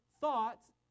thoughts